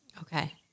Okay